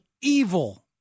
evil